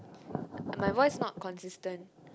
my voice not consistent